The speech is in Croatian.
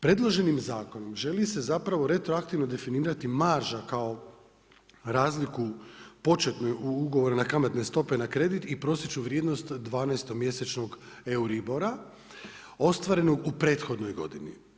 Predloženim zakonom želi se zapravo retroaktivno definirati marža kao razliku početnoj u ugovore na kamatne stope na kredit i prosječnu vrijednost 12 mjesečnog EURIBOR-a ostvarenog u prethodnoj godini.